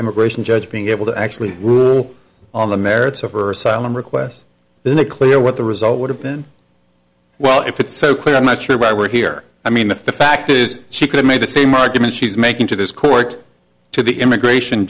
immigration judge being able to actually on the merits of her asylum requests then it clear what the result would have been well if it's so clear i'm not sure why we're here i mean the fact is she could have made the same argument she's making to this court to the immigration